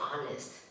honest